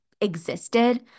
existed